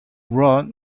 wrote